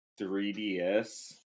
3DS